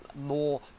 more